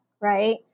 Right